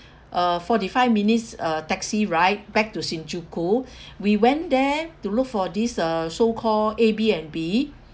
uh forty five minutes uh taxi ride back to shinjuku we went there to look for this uh so-called A_B_N_B